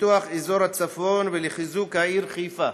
לפיתוח אזור הצפון ולחיזוק העיר חיפה.